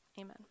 Amen